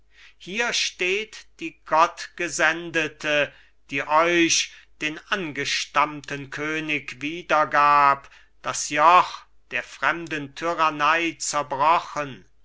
hier steht die gottgesendete die euch den angestammten könig wieder gab das joch der fremden tyrannei zerbrochen